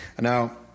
Now